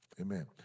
Amen